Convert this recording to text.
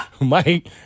Mike